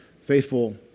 faithful